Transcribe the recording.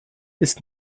ist